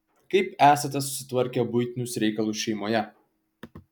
kaip esate susitvarkę buitinius reikalus šeimoje